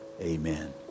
amen